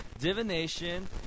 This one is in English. divination